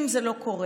אם זה לא קורה,